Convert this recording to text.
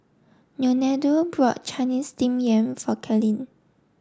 Leonardo bought Chinese Steamed Yam for Kailyn